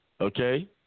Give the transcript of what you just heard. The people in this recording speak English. Okay